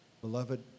Beloved